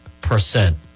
percent